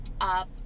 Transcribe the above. up